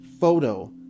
photo